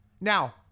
Now